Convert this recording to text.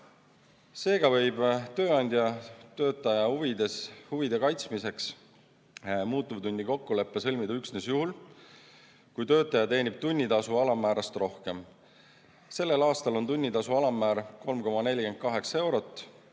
Seega võib tööandja töötaja huvide kaitsmiseks muutuvtunni kokkuleppe sõlmida üksnes juhul, kui töötaja teenib tunnitasu alammäärast rohkem. Sellel aastal on tunnitasu alammäär 3,48 eurot,